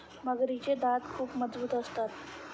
मगरीचे दात खूप मजबूत असतात